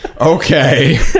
Okay